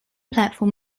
platform